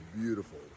beautiful